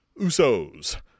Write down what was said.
Usos